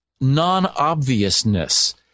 non-obviousness